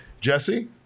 Jesse